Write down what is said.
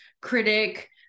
critic